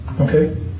Okay